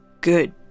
good